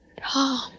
Tom